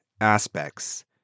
aspects